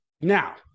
Now